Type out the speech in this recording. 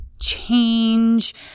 change